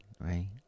right